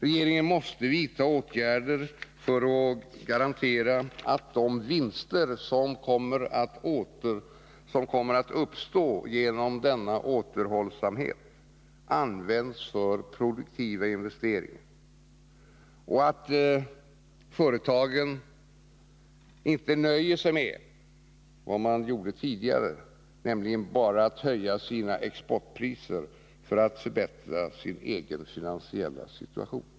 Regeringen måste vidta åtgärder för att garantera att de vinsterssom uppstår genom återhållsamheten används för produktiva investeringar och att företagen inte, som de gjorde tidigare, nöjer sig med att höja sina exportpriser för att förbättra sin egen finansiella situation.